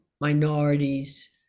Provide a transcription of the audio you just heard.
minorities